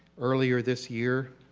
earlier this year,